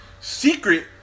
Secret